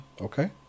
Okay